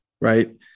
right